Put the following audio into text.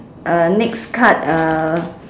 uh next card uh